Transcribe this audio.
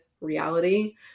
reality